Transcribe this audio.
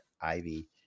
Ivy